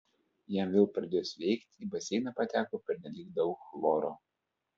jam vėl pradėjus veikti į baseiną pateko pernelyg daug chloro